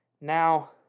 Now